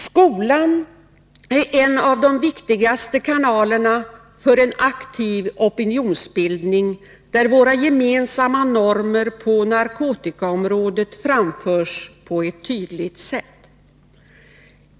Skolan är en av de viktigaste kanalerna för en aktiv opinionsbildning, där våra gemensamma normer på narkotikaområdet framförs på ett tydligt sätt.